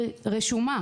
ורשומה.